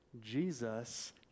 Jesus